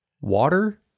Water